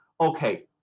Okay